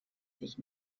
sich